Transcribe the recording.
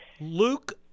Luke